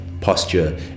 posture